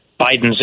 Biden's